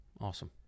Awesome